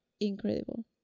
incredible